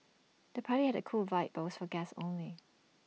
the party had A cool vibe but was for guests only